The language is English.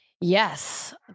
Yes